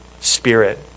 spirit